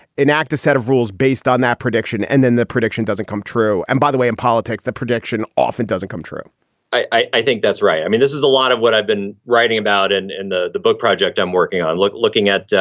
enact a set of rules based on that prediction, and then the prediction doesn't come true. and by the way, in politics, the prediction often doesn't come true i i think that's right. i mean, this is a lot of what i've been writing about and and the the book project i'm working on, looking at,